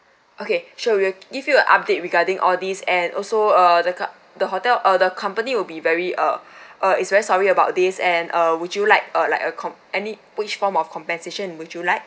okay sure we'll give you an update regarding all these and also uh the guide the hotel uh the company will be very uh uh it's very sorry about this and uh would you like uh like a comp~ any which form of compensation would you like